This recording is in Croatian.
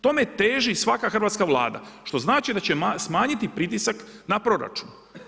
Tome teži svaka hrvatska Vlada, što znači da će smanjiti pritisak na proračun.